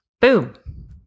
boom